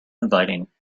inviting